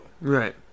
Right